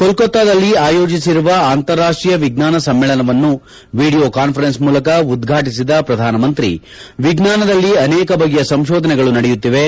ಕೋಲ್ಕತ್ತಾದಲ್ಲಿ ಆಯೋಜಿಸಿರುವ ಅಂತಾರಾಷ್ಟೀಯ ವಿಜ್ಞಾನ ಸಮ್ಮೇಳನವನ್ನು ವಿಡಿಯೋ ಕಾನ್ವರೆನ್ಸ್ ಮೂಲಕ ಉದ್ವಾಟಿಸಿದ ಪ್ರಧಾನಮಂತ್ರಿ ವಿಜ್ಞಾನದಲ್ಲಿ ಅನೇಕ ಬಗೆಯ ಸಂಶೋಧನೆಗಳು ನಡೆಯುತ್ತಿವೆ